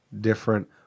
different